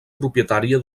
propietària